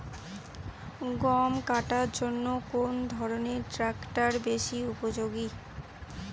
গম কাটার জন্য কোন ধরণের ট্রাক্টর বেশি উপযোগী?